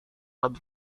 lebih